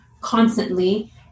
constantly